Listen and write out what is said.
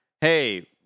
hey